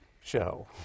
show